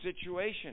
situation